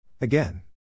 Again